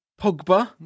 Pogba